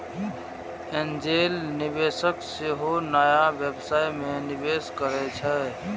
angel निवेशक सेहो नया व्यवसाय मे निवेश करै छै